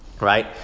Right